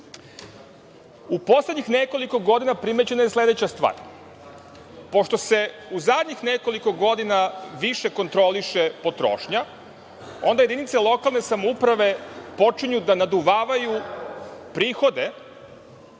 U poslednjih nekoliko godina primećena je sledeća stvar. Pošto se u zadnjih nekoliko godina više kontroliše potrošnja, onda jedinice lokalne samouprave počinju da naduvavaju prihode,